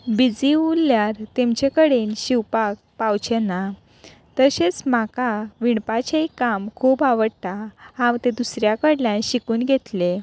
busy उरल्यार तेमचे कडेन शिंवपाक पावचें ना तशेंच म्हाका विणपाचेंय काम खूब आवडटा हांव तें दुसऱ्या कडल्यान शिकून घेतलें